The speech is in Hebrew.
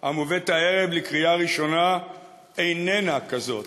המובאת הערב לקריאה ראשונה איננה כזאת.